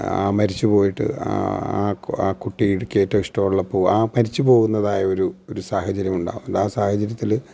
മരിച്ചു പോയിട്ട് ആ ആ കുട്ടി എനിക്ക് ഏറ്റവും ഇഷ്ടമുള്ള പൂ ആ മരിച്ചു പോകുന്നതായ ഒരു ഒരു സാഹചര്യം ഉണ്ടാകുന്നു ആ സാഹചര്യത്തിൽ